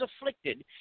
afflicted